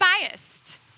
biased